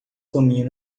caminho